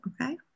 Okay